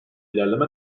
ilerleme